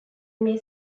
may